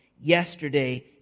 yesterday